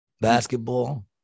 Basketball